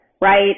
right